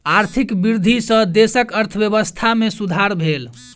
आर्थिक वृद्धि सॅ देशक अर्थव्यवस्था में सुधार भेल